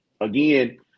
again